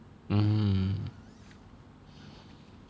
mm